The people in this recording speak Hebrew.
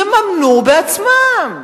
יממנו בעצמם.